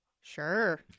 Sure